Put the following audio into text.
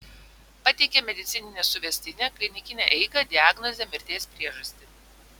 pateikė medicininę suvestinę klinikinę eigą diagnozę mirties priežastį